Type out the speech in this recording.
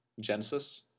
Genesis